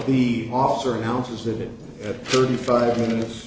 the officer announces it at thirty five minutes